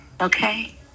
Okay